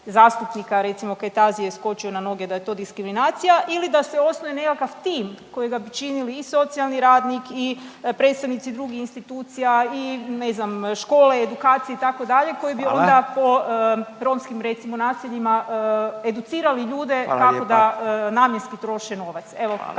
recimo Kajtazi je skočio na noge da je to diskriminacija ili da se osnuje nekakav tim kojega bi činili i socijalni radnik i predstavnici drugih institucija i ne znam škole, edukacije itd. koje bi onda … …/Upadica Radin: Hvala./… … po romskim recimo naseljima educirali ljude kako da namjenski troše novac. Evo kakva